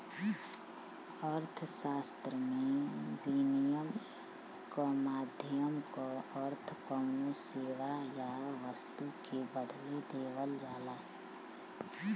अर्थशास्त्र में, विनिमय क माध्यम क अर्थ कउनो सेवा या वस्तु के बदले देवल जाला